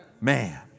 Man